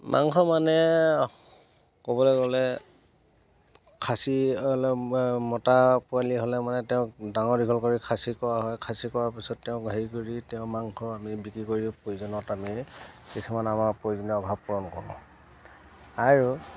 মাংস মানে ক'বলৈ গ'লে খাচী হ'লে মতা পোৱালি হ'লে মানে তেওঁক ডাঙৰ দীঘল কৰি খাচী কৰা হয় খাচী কৰাৰ পিছত তেওঁক হেৰি কৰি তেওঁৰ মাংস আমি বিক্ৰী কৰি প্ৰয়োজনত আমি কিছুমান আমাৰ প্ৰয়োজনীয় অভাৱ পূৰণ কৰোঁ আৰু